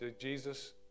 Jesus